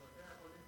בבתי-החולים,